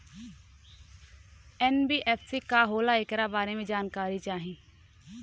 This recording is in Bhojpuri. एन.बी.एफ.सी का होला ऐकरा बारे मे जानकारी चाही?